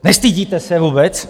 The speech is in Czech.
nestydíte se vůbec?